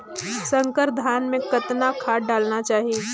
संकर धान मे कतना खाद डालना चाही?